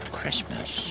Christmas